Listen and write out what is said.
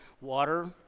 water